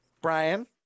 brian